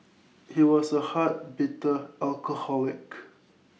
he was A hard bitter alcoholic